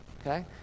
Okay